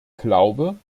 glaube